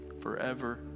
forever